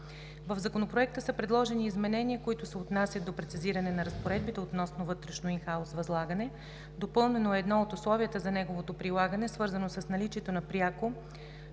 В Законопроекта са предложени изменения, които се отнасят до прецизиране на разпоредбите относно вътрешното (in-house) възлагане. Допълнено е едно от условията за неговото прилагане, свързано с наличието на пряко